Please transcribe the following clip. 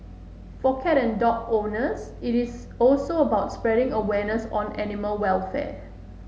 for cat and dog owners it is also about spreading awareness on animal welfare